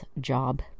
job